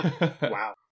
Wow